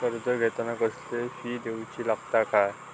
कर्ज घेताना कसले फी दिऊचे लागतत काय?